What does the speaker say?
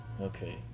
Okay